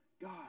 God